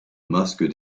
masque